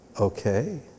Okay